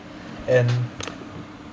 and